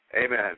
Amen